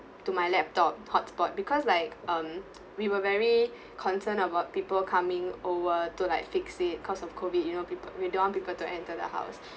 to my laptop hotspot because like um we were very concerned about people coming over to like fix it because of COVID you know people we don't want people to enter the house